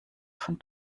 von